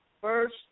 first